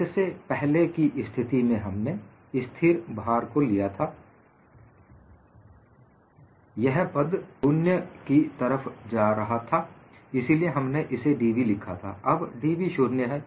इससे पहले की स्थिति में हमने स्थिर भार को लिया था यह पद शून्य की तरफ जा रहा था इसीलिए हमने इसे dv लिखा था अब dv शून्य है